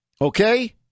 Okay